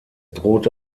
drohte